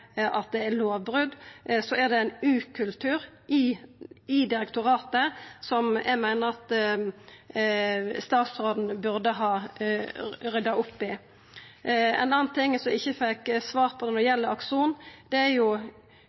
at det er lovbrot, så er det ein ukultur i direktoratet, som eg meiner at statsråden burde ha rydda opp i. Ein annan ting, som eg ikkje fekk svar på når det gjeld Akson, er kven som har tatt avgjerda når det